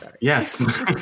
yes